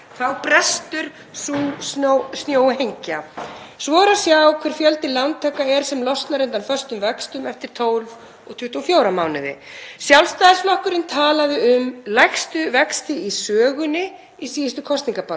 Þá brestur sú snjóhengja. Svo er að sjá hver fjöldi lántaka er sem losnar undan föstum vöxtum eftir 12 og 24 mánuði. Sjálfstæðisflokkurinn talaði um lægstu vexti í sögunni í síðustu kosningabaráttu.